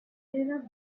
enough